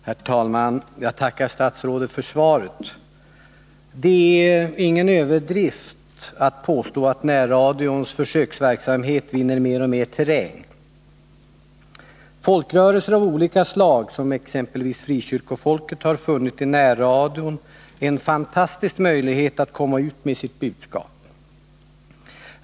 Herr talman! Jag tackar statsrådet för svaret. Det är ingen överdrift att påstå att närradions försöksverksamhet vinner mer och mer terräng. Folkrörelser av olika slag, som exempelvis frikyrkofolket, har i närradion funnit en fantastisk möjlighet att komma ut med sitt budskap.